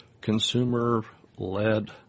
consumer-led